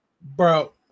bro